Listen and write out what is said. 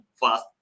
fast